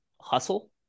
Hustle